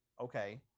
okay